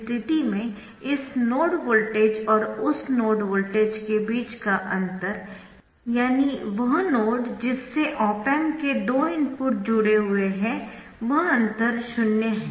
इस स्थिति में इस नोड वोल्टेज और उस नोड वोल्टेज के बीच का अंतर यानी वह नोड जिससे ऑप एम्प के दो इनपुट जुड़े हुए है वह अंतर शून्य है